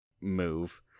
move